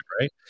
right